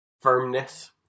firmness